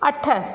अठ